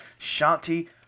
Shanti